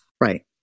Right